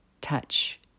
touch